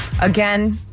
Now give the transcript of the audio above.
Again